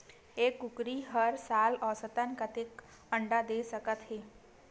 एक कुकरी हर साल औसतन कतेक अंडा दे सकत हे?